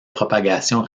propagation